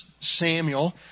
Samuel